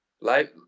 life